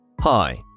Hi